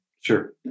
Sure